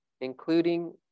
including